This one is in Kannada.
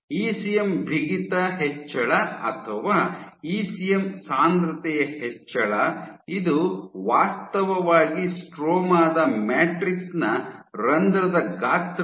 ಇಸಿಎಂ ಬಿಗಿತ ಹೆಚ್ಚಳ ಅಥವಾ ಇಸಿಎಂ ಸಾಂದ್ರತೆಯ ಹೆಚ್ಚಳ ಇದು ವಾಸ್ತವವಾಗಿ ಸ್ಟ್ರೋಮಾ ದ ಮ್ಯಾಟ್ರಿಕ್ಸ್ ನ ರಂಧ್ರದ ಗಾತ್ರವನ್ನು ಕಡಿಮೆ ಮಾಡುತ್ತದೆ